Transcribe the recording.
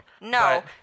No